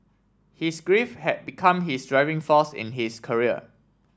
his grief had become his driving force in his career